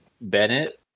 Bennett